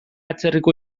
atzerriko